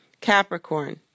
Capricorn